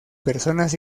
personas